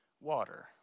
water